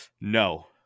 no